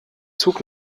zug